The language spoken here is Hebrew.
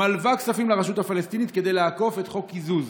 היא מלווה כספים לרשות הפלסטינית כדי לעקוף את חוק הקיזוז.